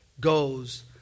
goes